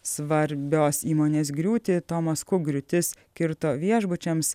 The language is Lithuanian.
svarbios įmonės griūtį tomas kuk griūtis kirto viešbučiams